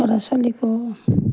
ল'ৰা ছোৱালীকো